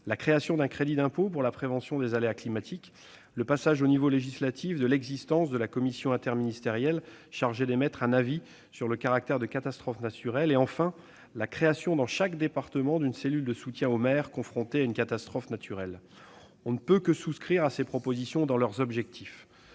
la création d'un crédit d'impôt pour la prévention des aléas climatiques, le passage au niveau législatif de l'existence de la commission interministérielle chargée d'émettre un avis sur le caractère de catastrophe naturelle, et enfin, la création, dans chaque département, d'une cellule de soutien aux maires confrontés à une catastrophe naturelle. On ne peut que souscrire à ces propositions dans leurs objectifs.